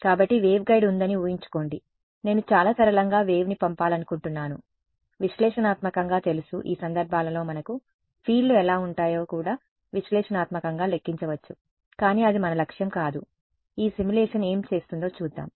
కాబట్టి వేవ్గైడ్ ఉందని ఊహించుకోండి నేను చాలా సరళంగా వేవ్ని పంపాలనుకుంటున్నాను విశ్లేషణాత్మకంగా తెలుసు ఈ సందర్భాలలో మనకు ఫీల్డ్లు ఎలా ఉంటాయో కూడా విశ్లేషణాత్మకంగా లెక్కించవచ్చు కానీ అది మన లక్ష్యం కాదు ఈ సిమ్యులేషన్ ఏమి చేస్తుందో చూద్దాం